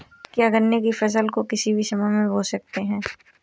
क्या गन्ने की फसल को किसी भी समय बो सकते हैं?